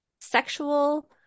sexual